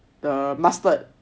the